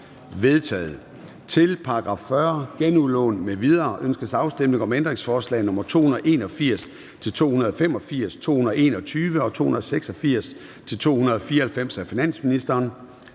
Gade): Til § 40. Genudlån m.v. Ønskes afstemning om ændringsforslag nr. 281-285, 221 og 286-294 af finansministeren?